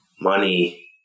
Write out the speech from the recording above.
money